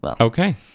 Okay